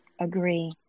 Agree